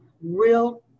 real